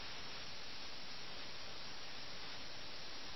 അവരുടെ മുഖം കുരങ്ങുകളെപ്പോലെ ചുവന്നു